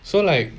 so like